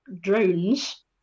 drones